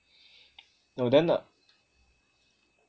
no then the